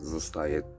Zostaje